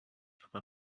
aber